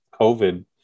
COVID